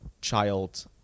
child